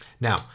Now